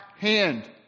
hand